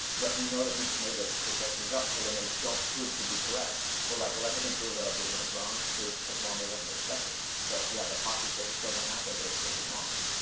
but we know that we just made those projections up. so when they don't prove to be correct, we're like, well, that doesn't prove that our vision is wrong. it just proves that it took longer than we expected. so, yeah, the hockey stick is still gonna happen, but it's taking longer.